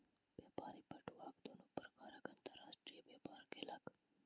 व्यापारी पटुआक दुनू प्रकारक अंतर्राष्ट्रीय व्यापार केलक